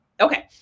Okay